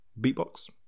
Beatbox